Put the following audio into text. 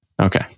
Okay